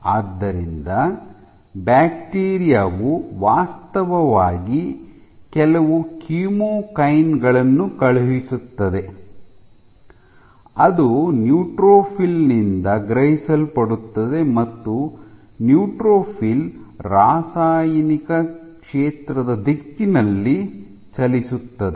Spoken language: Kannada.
ಆದ್ದರಿಂದ ಬ್ಯಾಕ್ಟೀರಿಯಾ ವು ವಾಸ್ತವವಾಗಿ ಕೆಲವು ಕೀಮೋಕೈನ್ ಗಳನ್ನು ಕಳುಹಿಸುತ್ತದೆ ಅದು ನ್ಯೂಟ್ರೋಫಿಲ್ನಿಂದ ಗ್ರಹಿಸಲ್ಪಡುತ್ತದೆ ಮತ್ತು ನ್ಯೂಟ್ರೋಫಿಲ್ ರಾಸಾಯನಿಕ ಕ್ಷೇತ್ರದ ದಿಕ್ಕಿನಲ್ಲಿ ಚಲಿಸುತ್ತದೆ